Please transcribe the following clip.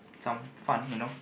some fun you know